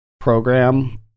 program